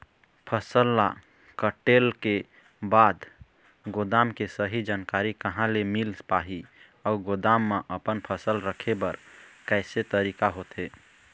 फसल ला कटेल के बाद गोदाम के सही जानकारी कहा ले मील पाही अउ गोदाम मा अपन फसल रखे बर कैसे तरीका होथे?